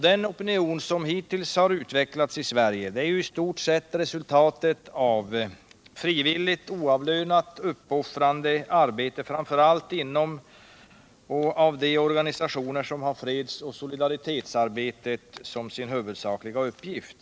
Den opinion som hittills utvecklats i Sverige har i stort sett varit ett resultat av frivilligt, oavlönat, uppoffrande arbete, framför allt inom och av de Nr 97 organisationer som har fredsoch solidaritetsarbete som huvudsaklig uppgift.